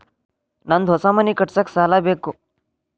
ನಂದು ಹೊಸ ಮನಿ ಕಟ್ಸಾಕ್ ಸಾಲ ಬೇಕು